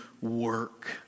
work